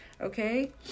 okay